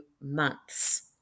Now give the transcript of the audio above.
months